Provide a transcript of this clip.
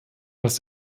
was